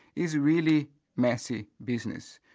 is a really messy business,